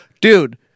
dude